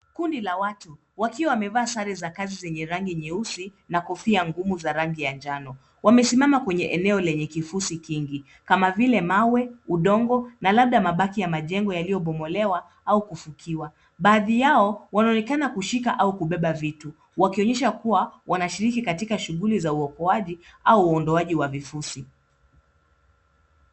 Kundi la watu wakiwa wamevaa sare za kazi zenye rangi nyeusi na kofia ngumu za rangi ya njano wamesimama kwenye eneo lenye kifusi kingi kama vile mawe, udongo na labda mabaki ya majengo yaliyobomolewa au kufukiwa. Baadhi yao wanaonekana kushika au kubeba vitu wakionyesha kuwa wanashiriki katika shughuli za uokoaji au uondoaji wa vifusi.